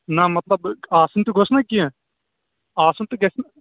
نہَ مَطلَب آسُن تہِ گوٚژھِ نا کیٚنٛہہ آسُن تہِ گژھِ نا